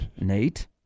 Nate